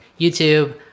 YouTube